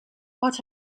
what